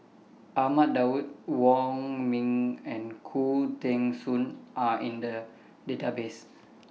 Ahmad Daud Wong Ming and Khoo Teng Soon Are in The Database